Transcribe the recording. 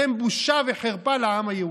אתם בושה וחרפה לעם היהודי.